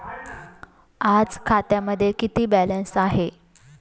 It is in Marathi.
आज खात्यामध्ये किती बॅलन्स आहे?